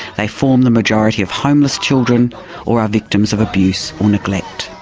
they form the majority of homeless children or are victims of abuse or neglect.